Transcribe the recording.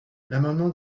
l’amendement